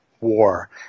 war